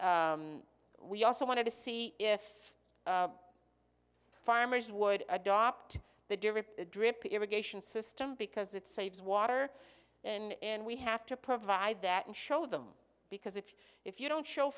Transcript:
r we also wanted to see if farmers would adopt the drip irrigation system because it saves water and we have to provide that and show them because if you if you don't show